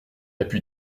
appuie